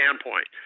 standpoint